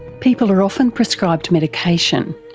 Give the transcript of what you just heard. people are often prescribed medication,